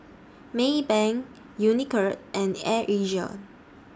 Maybank Unicurd and Air Asia